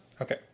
Okay